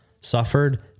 suffered